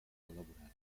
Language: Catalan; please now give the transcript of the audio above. elaborada